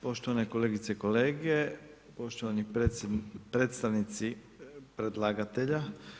Poštovane kolegice i kolege, poštovani predstavnici predlagatelja.